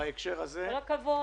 כל הכבוד.